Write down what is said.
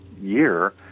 year